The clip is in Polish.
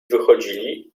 wychodzili